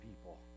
people